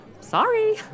sorry